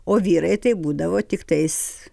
o vyrai tai būdavo tiktais